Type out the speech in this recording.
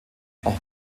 auch